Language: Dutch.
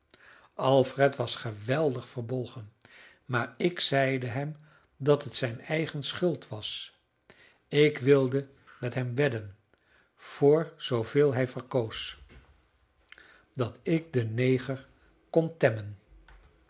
alfred was geweldig verbolgen maar ik zeide hem dat het zijn eigen schuld was ik wilde met hem wedden voor zooveel hij verkoos dat ik den neger